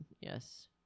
Yes